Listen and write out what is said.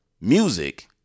music